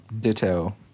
Ditto